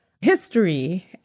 history